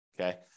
Okay